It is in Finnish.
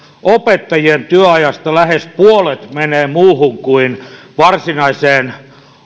opettajien työajasta lähes puolet menee muuhun kuin varsinaiseen